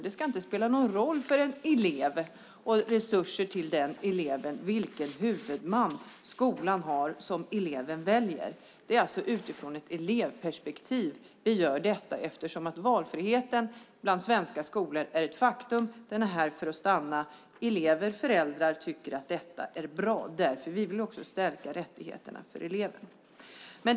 Det ska inte spela någon roll för en elev och en elevs resurser vilken huvudman skolan som eleven väljer har. Vi gör alltså detta utifrån ett elevperspektiv eftersom valfriheten bland svenska skolor är ett faktum som är här för att stanna. Elever och föräldrar tycker att detta är bra. Därför vill vi stärka rättigheterna för eleven.